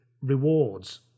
rewards